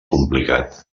complicat